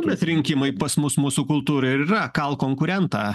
bet rinkimai pas mus mūsų kultūroj yra kalk konkurentą